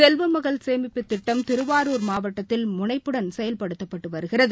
செல்வமகள் சேமிப்புத் திட்டம் திருவாரூர் மாவட்டத்தில் முனைபபுடன் செயல்படுத்தப்பட்டு வருகிறது